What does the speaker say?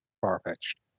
far-fetched